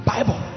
Bible